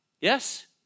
Yes